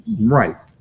Right